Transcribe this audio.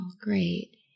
Great